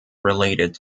related